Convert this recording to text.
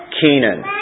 Kenan